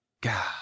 God